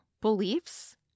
beliefs